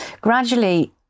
Gradually